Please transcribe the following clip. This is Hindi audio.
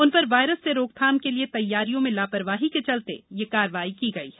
उन पर वायरस से रोकथाम के लिए तैयारियां में लापरवाही के चलते यह कार्रवाई की गई है